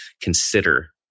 consider